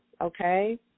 okay